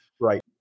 Right